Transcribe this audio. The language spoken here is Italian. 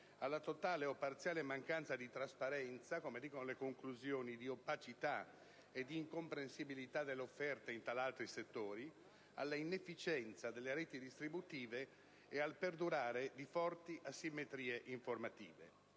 alla totale o parziale mancanza di trasparenza (come dicono le conclusioni), alla opacità e all'incomprensibilità delle offerte in altri settori, alla inefficienza delle reti distributive e al perdurare di forti asimmetrie informative.